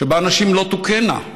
שבה נשים לא תוכינה,